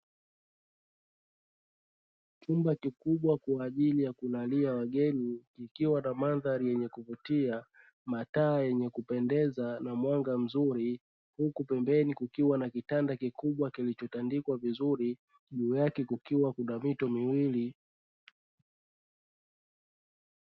Chumba kikubwa kwa ajili ya kulalia wageni ukiwa na mandhari yenye kuvutia mataa yenye kupendeza na mwanga mzuri, huku pembeni kukiwa na kitanda kikubwa kilichotandikwa vizuri juu yake kukiwa kuna mito miwili.